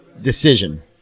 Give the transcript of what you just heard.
decision